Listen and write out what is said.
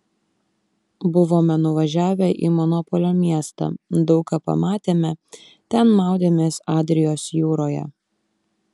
buvome nuvažiavę į monopolio miestą daug ką pamatėme ten maudėmės adrijos jūroje